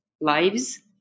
lives